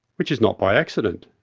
which is not by accident.